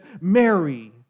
Mary